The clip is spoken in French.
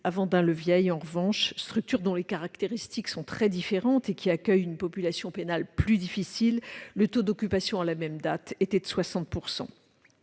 Vendin-le-Vieil, en revanche, structure dont les caractéristiques sont très différentes et qui accueille une population pénale plus difficile, le taux d'occupation, à la même date, était de 60 %.